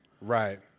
Right